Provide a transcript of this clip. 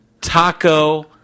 taco